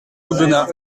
aubenas